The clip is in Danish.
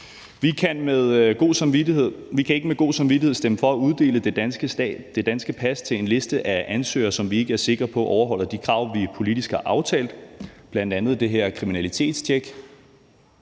Vi kan ikke med god samvittighed stemme for at uddele det danske pas til en række af ansøgere, som vi ikke er sikre på overholder de krav, vi politisk har aftalt, bl.a. det her kriminalitetstjek.